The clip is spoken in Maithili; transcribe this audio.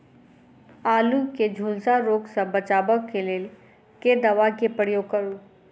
आलु केँ झुलसा रोग सऽ बचाब केँ लेल केँ दवा केँ प्रयोग करू?